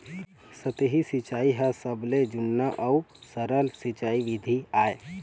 सतही सिंचई ह सबले जुन्ना अउ सरल सिंचई बिधि आय